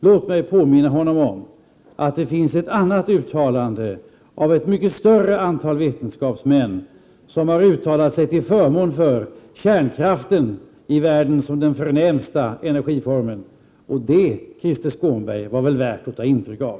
Låt mig påminna honom om att det finns ett annat uttalande av ett mycket större antal vetenskapsmän, som har uttalat sig till förmån för kärnkraften såsom den förnämsta energiformen i världen. Det, Krister Skånberg, var väl värt att ta intryck av.